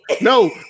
No